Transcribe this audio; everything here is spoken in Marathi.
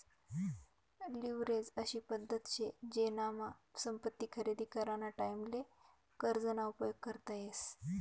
लिव्हरेज अशी पद्धत शे जेनामा संपत्ती खरेदी कराना टाईमले कर्ज ना उपयोग करता येस